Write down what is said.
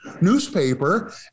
newspaper